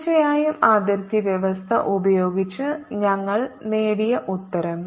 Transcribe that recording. തീർച്ചയായും അതിർത്തി വ്യവസ്ഥ ഉപയോഗിച്ച് ഞങ്ങൾ നേടിയ ഉത്തരം